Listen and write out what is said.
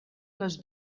les